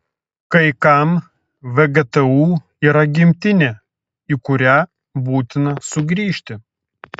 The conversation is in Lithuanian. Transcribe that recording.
kai kam vgtu yra gimtinė į kurią būtina sugrįžti